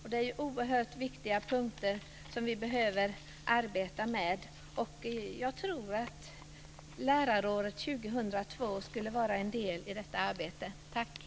Detta är oerhört viktiga mål, som vi behöver arbeta för. Jag tror att ett lärarår 2002 skulle vara en viktig del i ett sådant arbete.